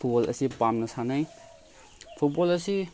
football ꯑꯁꯤ ꯄꯥꯝꯅ ꯁꯥꯟꯅꯩ ꯐꯨꯠꯕꯣꯜ ꯑꯁꯤ